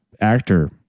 Actor